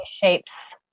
shapes